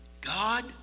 God